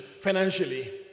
financially